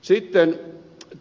sitten